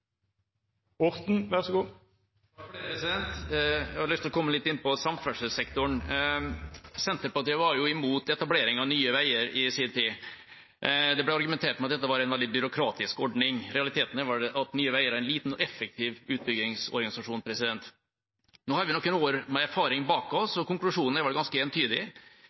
Jeg har lyst til å komme litt inn på samferdselssektoren. Senterpartiet var imot etablering av Nye Veier i sin tid. Det ble argumentert med at dette var en veldig byråkratisk ordning. Realiteten er vel at Nye Veier er en liten og effektiv utbyggingsorganisasjon. Nå har vi noen år med erfaring bak oss, og konklusjonen er vel ganske entydig.